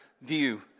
view